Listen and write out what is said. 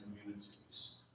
communities